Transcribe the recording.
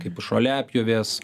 kaip žoliapjovės